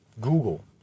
Google